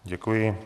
Děkuji.